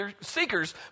seekers